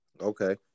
Okay